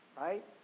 right